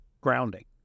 grounding